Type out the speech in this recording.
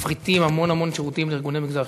מפריטים המון שירותים לארגוני מגזר שלישי,